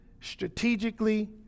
strategically